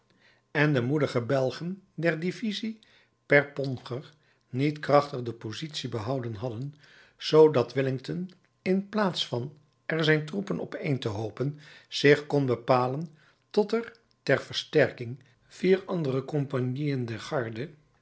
en de moedige belgen der divisie perponcher niet krachtig de positie behouden hadden zoodat wellington in plaats van er zijn troepen opeen te hoopen zich kon bepalen tot er ter versterking vier andere compagnieën der garde